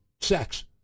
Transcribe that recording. sex